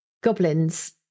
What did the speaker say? goblins